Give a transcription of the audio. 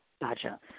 Gotcha